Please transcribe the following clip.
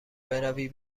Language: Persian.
بروی